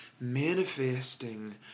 Manifesting